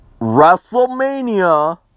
Wrestlemania